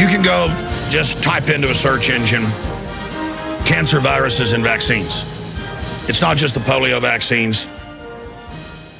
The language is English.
you can go just type into a search engine cancer viruses and vaccines it's not just the polio vaccines